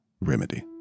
remedy